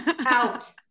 out